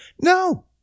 No